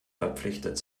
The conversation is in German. verpflichtet